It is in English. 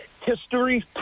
history